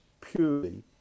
purely